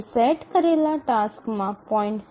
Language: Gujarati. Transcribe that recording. જો સેટ કરેલા ટાસક્સમાં 0